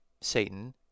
Satan